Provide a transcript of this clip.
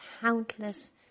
countless